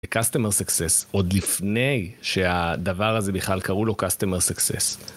קסטמר סקסס, עוד לפני שהדבר הזה בכלל קראו לו קסטמר סקסס.